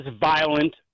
violent